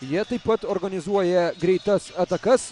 jie taip pat organizuoja greitas atakas